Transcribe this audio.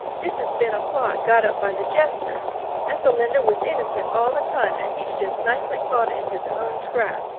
this has been a plot got up by the jester ethelinda was innocent all the time, and he's just nicely caught in his own trap.